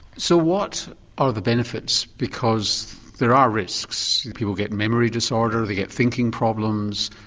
so what are the benefits because there are risks, people get memory disorders, they get thinking problems,